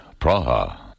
Praha